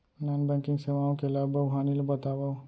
non banking सेवाओं के लाभ अऊ हानि ला बतावव